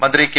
മന്ത്രി കെ